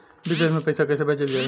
विदेश में पईसा कैसे भेजल जाई?